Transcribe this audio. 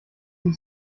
ich